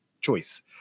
choice